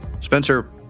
Spencer